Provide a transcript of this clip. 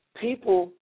people